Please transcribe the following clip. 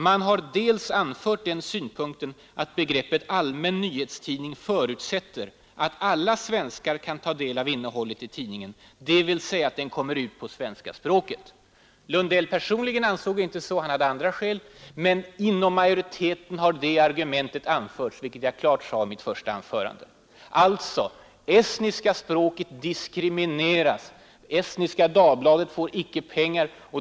”Man har dels anfört den synpunkten att begreppet ”allmän nyhetstidning” förutsätter att alla svenskar kan ta del av innehållet i tidningen, dvs. att den kommer ut på svenska språket.” Lundell personligen ansåg inte så; han hade andra skäl. Men inom majoriteten har det argumentet anförts, vilket jag klart sade i mitt första anförande. Estniska språket diskrimineras. Estniska Dagbladet får inte pengar.